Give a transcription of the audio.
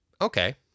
Okay